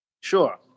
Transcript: sure